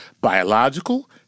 Biological